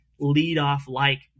leadoff-like